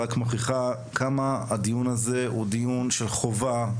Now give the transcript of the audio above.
רק מוכיחה עד כמה הדיון הזה הוא דיון חובה.